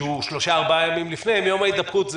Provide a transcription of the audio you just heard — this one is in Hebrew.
שהוא שלושה-ארבעה ימים לפני מיום ההידבקות,